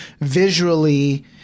visually